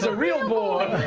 a real boy.